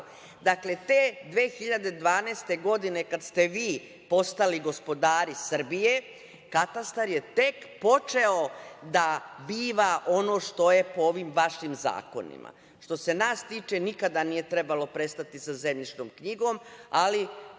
ovako. Dakle, te 2012. godine kada ste vi postali gospodari Srbije, Katastar je tek počeo da biva ono što je po ovim vašim zakonima. Što se nas tiče, nikada nije trebalo prestati sa zemljišnom knjigom, ali